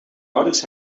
ouders